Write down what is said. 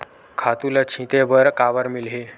खातु ल छिंचे बर काबर मिलही?